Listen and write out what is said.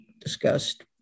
discussed